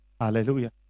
Hallelujah